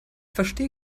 verstehe